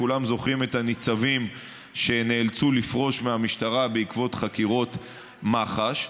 כולם זוכרים את הניצבים שנאלצו לפרוש מהמשטרה בעקבות חקירות מח"ש.